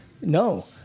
No